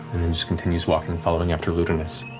just continues walking, following after ludinus.